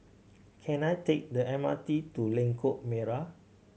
can I take the M R T to Lengkok Merak